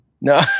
No